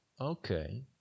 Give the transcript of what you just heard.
Okay